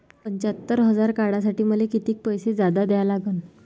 पंच्यात्तर हजार काढासाठी मले कितीक पैसे जादा द्या लागन?